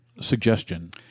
suggestion